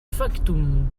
factum